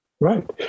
Right